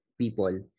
people